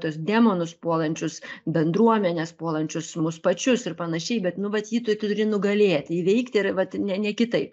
tuos demonus puolančius bendruomenes puolančius mus pačius ir panašiai bet nu vat jį tu turi nugalėti įveikti ir vat ne ne kitaip